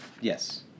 Yes